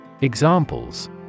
Examples